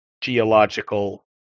geological